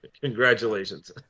Congratulations